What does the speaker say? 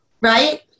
Right